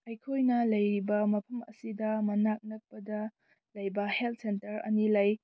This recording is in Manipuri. ꯑꯩꯈꯣꯏꯅ ꯂꯩꯔꯤꯕ ꯃꯐꯝ ꯑꯁꯤꯗ ꯃꯅꯥꯛ ꯅꯛꯄꯗ ꯂꯩꯕ ꯍꯦꯜꯠ ꯁꯦꯟꯇ꯭ꯔ ꯑꯅꯤ ꯂꯩ